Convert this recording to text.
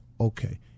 okay